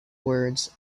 words